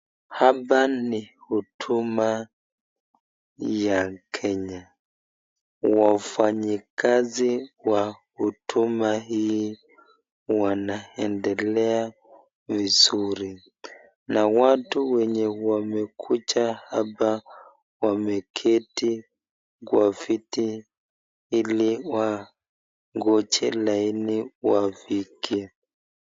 Hapa ni huduma ya Kenya. Wafanyi kazi wa huduma hii wanaendelea vizuri na watu wenye wamekuja hapa wameketi kwa viti ili wangoje laini wafikie.